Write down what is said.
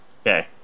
Okay